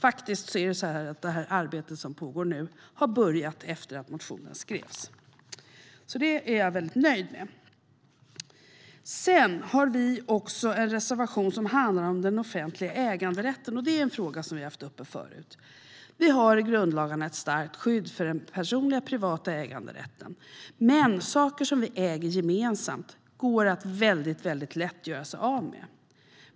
Faktiskt är det så att det arbete som nu pågår har påbörjats efter att motionen skrevs. Det är jag alltså väldigt nöjd med. Vi har också en reservation som handlar om den offentliga äganderätten, och det är en fråga vi har haft uppe förut. Det finns i grundlagarna ett starkt skydd för den personliga, privata äganderätten, men saker som ägs gemensamt går det väldigt lätt att göra sig av med.